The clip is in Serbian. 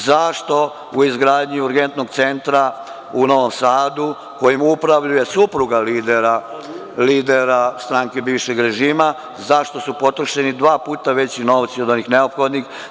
Zašto u izgradnji Urgentnog centra u Novom Sadu, kojim upravlja supruga lidera stranke bivšeg režima, zašto su potrošeni dva puta veći novci od onih neophodnih?